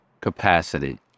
capacity